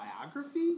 biography